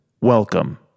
Welcome